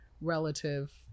relative